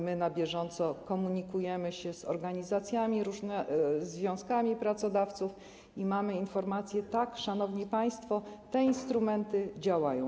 My na bieżąco komunikujemy się z organizacjami, związkami pracodawców i mamy informację: tak, szanowni państwo, te instrumenty działają.